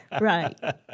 Right